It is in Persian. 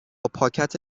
پاکت